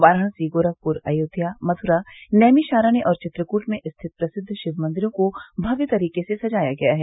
वाराणसी गोरखपुर अयोध्या मथुरा नैमिषारण्य और चित्रकूट में स्थित प्रसिद्व शिव मंदिरो को भव्य तरीके से सजाया गया है